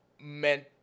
meant